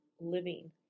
living